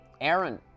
aaron